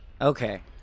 Okay